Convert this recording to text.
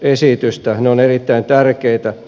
ne ovat erittäin tärkeitä